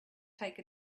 take